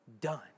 done